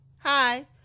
hi